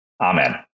Amen